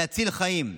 להציל חיים.